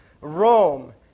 Rome